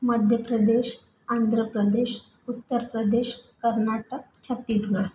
Madhya Pradesh Andhra Pradesh Uttar Pradesh Karnataka Chhattisgarh